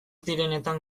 direnetan